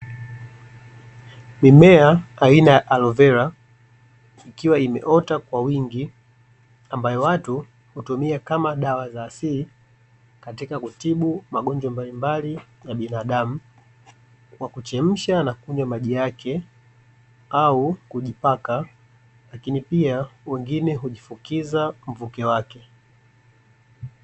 Mimea aina ya alovera ikiwa imeota kwa wingi, ambayo watu hutumia kama dawa za asili katika kutibu magonjwa mbalimbali ya binadamu, kwa kuchemsha na kunywa maji yake au kujipaka, lakini pia wengine hujifukiza mvuke wake.